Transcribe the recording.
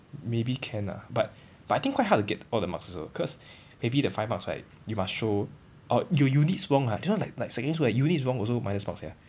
maybe can ah but but I think quite hard to get all the mark also cause maybe the five marks right you must show orh you units wrong ah this one like like secondary school units wrong also minus marks sia